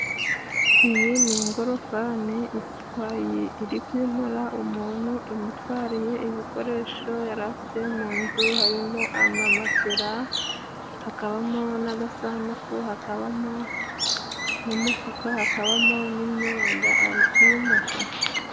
Iyi ni ingorofani itwaye iri kwimura umuntu. Imutwariye ibikoresho yari afite mu nzu harimo: ama matera, hakabamo, n'agasanduku hakabamo ,n'umufuka, hakabamo n'imyenda ari kwimuka.